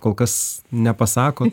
kol kas nepasako